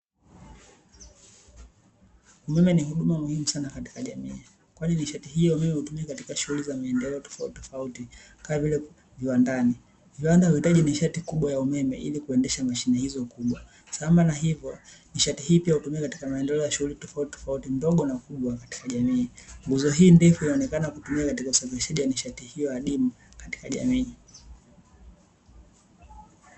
Umeme ni huduma muhimu sana katika jamii kwani, nishati hiyo wewe hutumika katika shughuli za maendeleo tofautitofauti kama vile viwandani. Viwanda huhitaji nishati kubwa ya umeme ili kuendesha mashine hizo kubwa, sambamba na hivyo nishati hii pia hutumiwa katika maendeleo ya shughuli tofautitofauti ndogo na ukubwa katika jamii. Nguo hii ndefu inaonekana kutumia nishati hiyo adimu katika jamii.